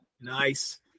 Nice